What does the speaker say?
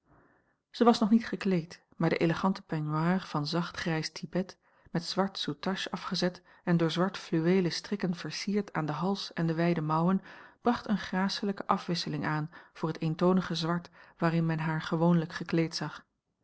zij was nog niet gekleed maar de elegante peignoir van zacht grijs thibet met zwart soutâche afgezet en door zwart fluweelen strikken versierd aan den hals en de wijde mouwen bracht eene gracelijke afwisseling aan voor het eentonige zwart waarin men haar gewoonlijk gekleed zag